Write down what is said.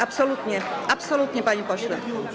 Absolutnie, absolutnie, panie pośle.